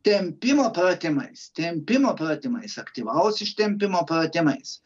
tempimo pratimais tempimo pratimais aktyvaus ištempimo pratimais